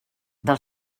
del